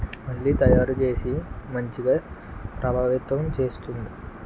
మళ్ళీ తయారు చేసి మంచిగా ప్రభావితం చేస్తుంది